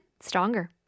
Stronger